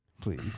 please